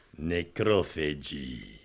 Necrophagy